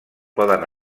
poden